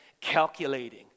calculating